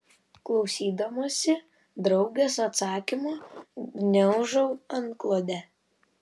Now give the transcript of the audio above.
klausydamasi draugės atsakymo gniaužau antklodę